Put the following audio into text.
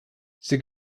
sie